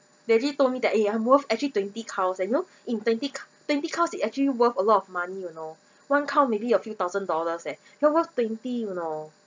they actually told me that eh I'm worth actually twenty cows and you know in twenty c~ twenty cows it actually worth a lot of money you know one cow maybe a few thousand dollars leh you're worth twenty you know